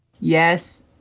Yes